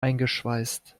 eingeschweißt